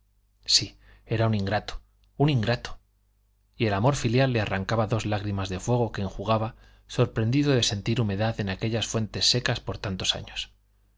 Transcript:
sí era un ingrato un ingrato y el amor filial le arrancaba dos lágrimas de fuego que enjugaba sorprendido de sentir humedad en aquellas fuentes secas por tantos años